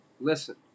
Listen